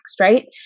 Right